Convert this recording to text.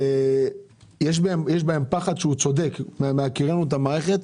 יש בהם פחד שהוא צודק וזה מהיכרותנו את המערכת.